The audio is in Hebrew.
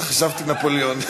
חשבתי נפוליאון.